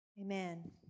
Amen